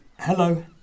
Hello